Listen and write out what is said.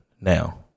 now